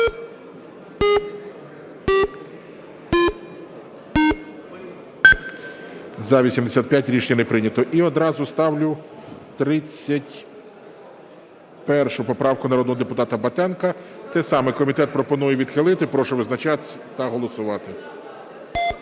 За-85 Рішення не прийнято. І одразу ставлю 31 поправку народного депутата Батенка. Те саме, комітет пропонує відхилити. Прошу визначатись та голосувати.